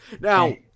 Now